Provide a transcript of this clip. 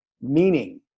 meaning